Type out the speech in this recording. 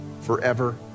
forever